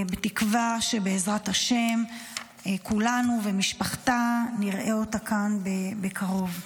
בתקווה שבעזרת השם כולנו ומשפחתה נראה אותה כאן בקרוב.